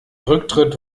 rücktritt